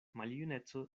maljuneco